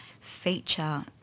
feature